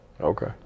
Okay